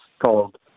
called